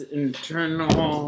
internal